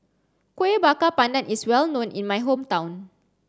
Kueh Bakar Pandan is well known in my hometown